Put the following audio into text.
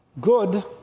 good